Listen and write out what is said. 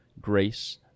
grace